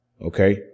Okay